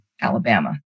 Alabama